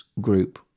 group